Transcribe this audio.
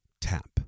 tap